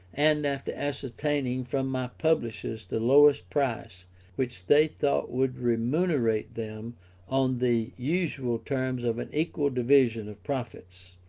and after ascertaining from my publishers the lowest price which they thought would remunerate them on the usual terms of an equal division of profits,